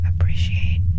Appreciate